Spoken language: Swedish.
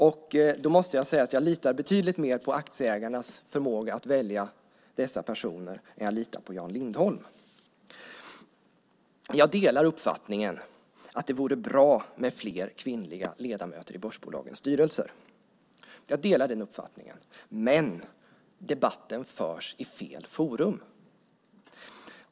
Jag måste säga att jag litar betydligt mer på aktieägarnas förmåga att välja dessa personer än jag litar på Jan Lindholm. Jag delar uppfattningen att det vore bra med fler kvinnliga ledamöter i börsbolagens styrelser. Debatten förs emellertid i fel forum.